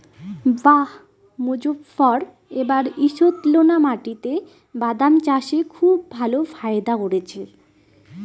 বাঃ মোজফ্ফর এবার ঈষৎলোনা মাটিতে বাদাম চাষে খুব ভালো ফায়দা করেছে